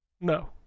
No